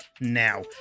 now